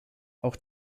auch